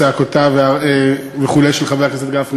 צעקותיו וכו' של חבר הכנסת גפני.